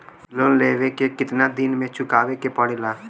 Loan लेवे के कितना दिन मे चुकावे के पड़ेला?